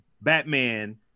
Batman